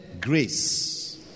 grace